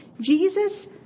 Jesus